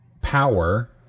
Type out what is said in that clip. power